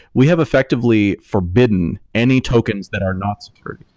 we have effectively forbidden any tokens that are not secured.